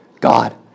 God